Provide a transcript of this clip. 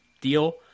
deal